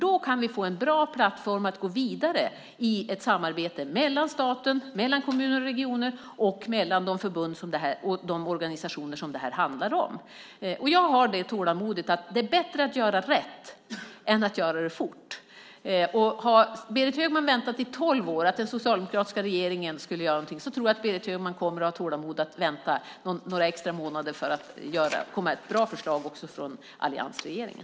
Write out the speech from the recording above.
Då kan vi få en bra plattform att gå vidare i ett samarbete mellan staten, kommuner och regioner och de förbund och organisationer som det handlar om. Jag har tålamod. Det är bättre att göra rätt än att göra fort. Har Berit Högman väntat i tolv år på att den socialdemokratiska regeringen skulle göra någonting tror jag att Berit Högman kommer att ha tålamod att vänta några extra månader till för att få ett bra förslag från alliansregeringen.